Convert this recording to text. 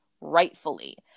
rightfully